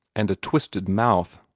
and a twisted mouth.